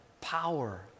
power